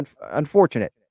Unfortunate